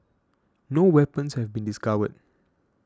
no weapons have been discovered